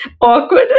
Awkward